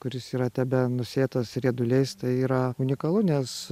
kuris yra tebenusėtas rieduliais tai yra unikalu nes